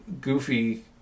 Goofy